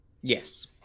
Yes